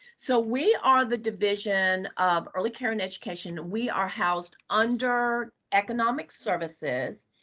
so we are the division of early care and education. we are housed under economic services,